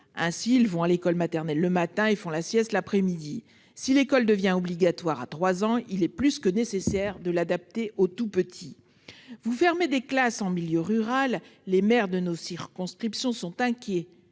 derniers vont à l'école maternelle le matin et font la sieste à la maison l'après-midi. Si l'école devient obligatoire à 3 ans, il est plus que nécessaire de l'adapter aux tout-petits. Vous fermez des classes en milieu rural. Les maires de nos circonscriptions sont inquiets